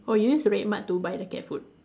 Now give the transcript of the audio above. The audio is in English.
oh you use the Red Mart to buy the cat food